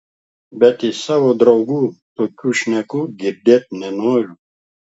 bet iš savo draugų tokių šnekų girdėt nenoriu